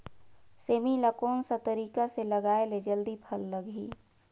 सेमी ला कोन सा तरीका से लगाय ले जल्दी फल लगही?